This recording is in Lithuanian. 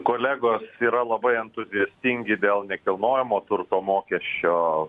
kolegos yra labai entuziastingi dėl nekilnojamo turto mokesčio